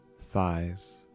thighs